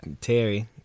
terry